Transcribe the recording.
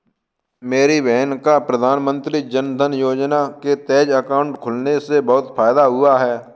मेरी बहन का प्रधानमंत्री जनधन योजना के तहत अकाउंट खुलने से बहुत फायदा हुआ है